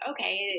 okay